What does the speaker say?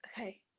okay